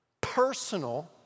personal